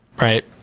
Right